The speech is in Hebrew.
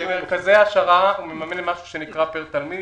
במרכזי העשרה אנחנו מממנים משהו שנקרא פר תלמיד.